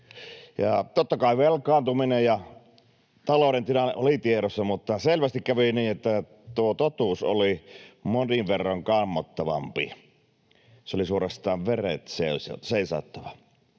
Totta kai velkaantuminen ja talouden tilanne oli tiedossa, mutta selvästi kävi niin, että tuo totuus oli monin verroin kammottavampi. Se oli suorastaan veret seisauttava.